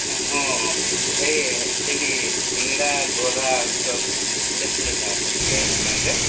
ହଁ ଭାଇ ସେଇଟି ସିଙ୍ଗଡ଼ା ବରା ଆଳୁଚପ କେତେ ଲେଖାଁ ପଡ଼ୁଛି ଏଇ ଦୋକାନରେ